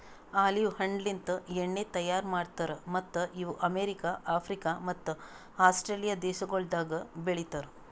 olive ಹಣ್ಣಲಿಂತ್ ಎಣ್ಣಿ ತೈಯಾರ್ ಮಾಡ್ತಾರ್ ಮತ್ತ್ ಇವು ಅಮೆರಿಕ, ಆಫ್ರಿಕ ಮತ್ತ ಆಸ್ಟ್ರೇಲಿಯಾ ದೇಶಗೊಳ್ದಾಗ್ ಬೆಳಿತಾರ್